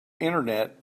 internet